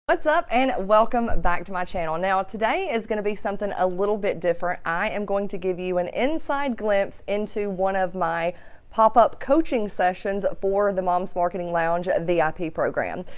what's up and welcome back to my channel. now, today is going to be something a little bit different. i am going to give you an inside glimpse into one of my pop-up coaching sessions for the mom's marketing lounge vip ah program.